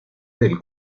del